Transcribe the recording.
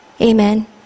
Amen